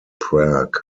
prague